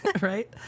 right